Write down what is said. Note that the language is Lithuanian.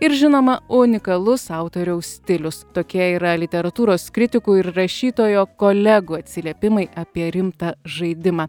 ir žinoma unikalus autoriaus stilius tokie yra literatūros kritikų ir rašytojo kolegų atsiliepimai apie rimtą žaidimą